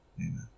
Amen